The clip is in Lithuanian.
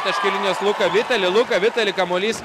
tritaškio linijos luka vitali luka vitali kamuolys